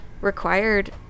required